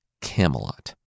Camelot